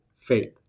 faith